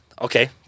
Okay